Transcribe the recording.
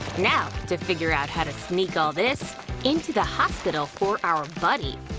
now, to figure out how to sneak all this into the hospital for our buddy!